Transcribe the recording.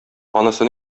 анысы